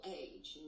age